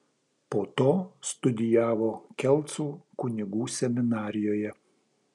po to studijavo kelcų kunigų seminarijoje